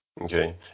Okay